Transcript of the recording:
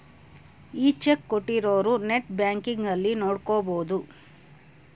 ಈ ಚೆಕ್ ಕೋಟ್ಟಿರೊರು net banking ಅಲ್ಲಿ ನೋಡ್ಕೊಬೊದು